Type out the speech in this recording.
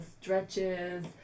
stretches